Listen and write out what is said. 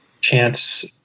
chance